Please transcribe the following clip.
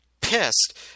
pissed